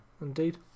indeed